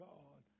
God